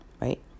right